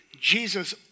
Jesus